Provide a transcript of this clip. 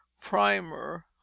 primer